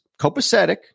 copacetic